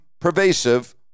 pervasive